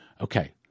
Okay